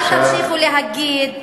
לא אני נתתי לה.